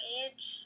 age